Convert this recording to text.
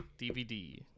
dvd